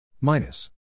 minus